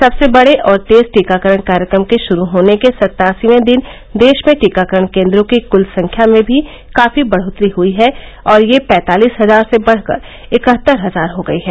सबसे बडे और तेज टीकाकरण कार्यक्रम के शुरू होने के सत्तासीवें दिन देश में टीकाकरण केन्द्रों की क्ल संख्या में भी काफी बढोत्तरी हुई है और यह पैंतालीस हजार से बढकर इकहत्तर हजार हो गई है